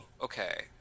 okay